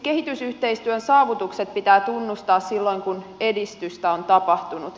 kehitysyhteistyön saavutukset pitää tunnustaa silloin kun edistystä on tapahtunut